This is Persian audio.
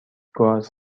گاز